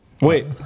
wait